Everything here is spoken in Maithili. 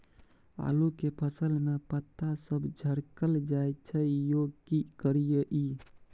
आलू के फसल में पता सब झरकल जाय छै यो की करियैई?